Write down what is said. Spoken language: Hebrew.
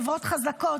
חברות חזקות,